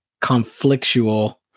conflictual